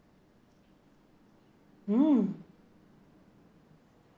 mm